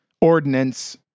ordinance